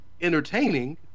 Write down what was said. entertaining